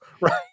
right